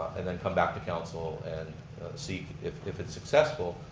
and then come back to council, and see if if it's successful,